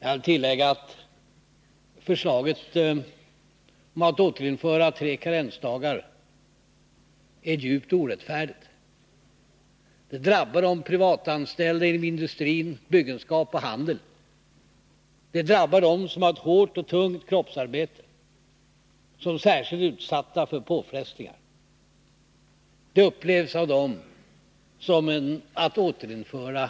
Jag kan tillägga att förslaget om att återinföra tre karensdagar är djupt orättfärdigt. Det drabbar de privatanställda inom industri, byggenskap och handel. Det drabbar dem som har ett hårt och tungt kroppsarbete, dem som är särskilt utsatta för påfrestningar. Det upplevs av dem som att man återinför